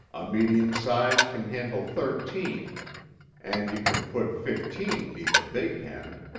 a medium-size can handle thirteen and you can put fifteen neath a big hen.